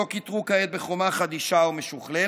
שאותו כיתרו כעת בחומה חדישה ומשוכללת,